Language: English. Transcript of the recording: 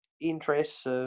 interests